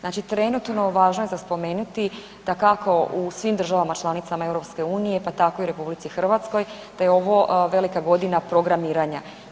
Znači trenutno važno je za spomenuti, dakako, u svim državama članicama EU, pa tako i RH, da je ovo velika godina programiranja.